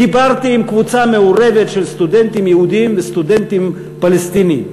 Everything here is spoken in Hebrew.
ודיברתי עם קבוצה מעורבת של סטודנטים יהודים וסטודנטים פלסטינים.